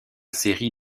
série